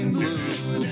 blue